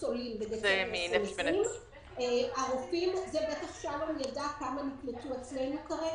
העולים בדצמבר 2020. בטח שלום ידע כמה נקלטו אצלנו כרגע.